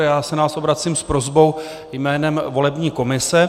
Já se na vás obracím s prosbou jménem volební komise.